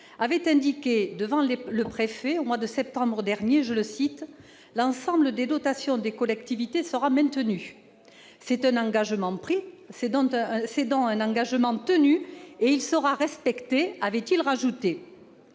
avait indiqué devant les préfets, au mois de septembre dernier, que l'ensemble des dotations des collectivités locales seraient maintenues. « C'est un engagement pris, c'est donc un engagement tenu ; et il sera respecté », avait-il ajouté.